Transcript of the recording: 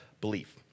belief